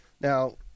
Now